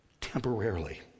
temporarily